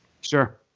Sure